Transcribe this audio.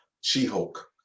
She-Hulk